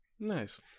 nice